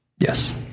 Yes